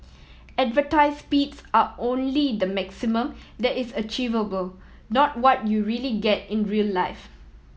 advertise speeds are only the maximum that is achievable not what you really get in real life